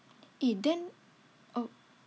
eh then oh